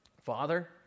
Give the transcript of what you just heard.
Father